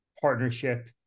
partnership